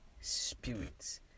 spirits